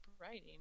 writing